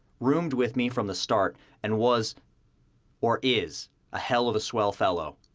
roomed with me from the start and was or is a hell of a swell fellow.